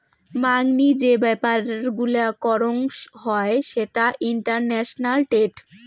মাংনি যে ব্যাপার গুলা করং হই সেটা ইন্টারন্যাশনাল ট্রেড